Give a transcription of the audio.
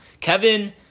Kevin